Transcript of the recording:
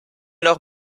noch